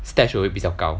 stash away 比较高